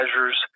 measures